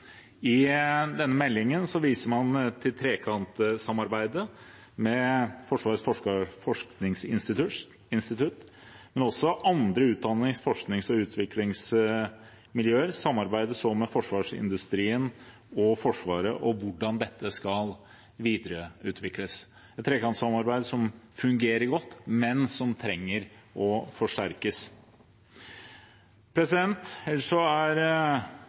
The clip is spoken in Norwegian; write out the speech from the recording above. I denne meldingen viser man til trekantsamarbeidet med Forsvarets forskningsinstitutt, men også andre utdannings-, forsknings- og utviklingsmiljøer samarbeider med forsvarsindustrien og Forsvaret om hvordan dette skal videreutvikles – et trekantsamarbeid som fungerer godt, men som trenger å forsterkes. Ellers er Venstre veldig glad for at det legges så